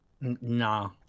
Nah